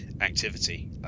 activity